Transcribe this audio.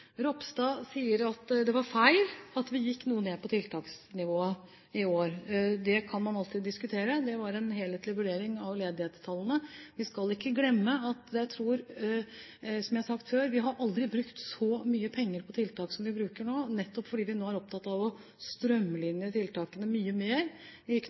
Ropstad sier det var feil at vi gikk noe ned på tiltaksnivået i år. Det kan man alltid diskutere, det var en helhetlig vurdering av ledighetstallene. Vi skal ikke glemme, som jeg har sagt før, at vi aldri har brukt så mye penger på tiltak som det vi bruker nå, nettopp fordi vi nå er opptatt av å strømlinjeforme tiltakene mye mer